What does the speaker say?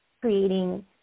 creating